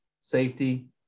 safety